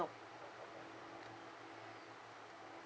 no